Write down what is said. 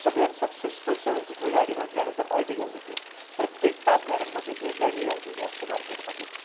सगळ्यात successful seven seater गाडी म्हटल्यानंतर अर्टिगाच येते प्रत्येक पाच गाड्यांमध्ये एक गाडी ही अर्टिगा असते मार्केटमध्ये